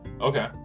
Okay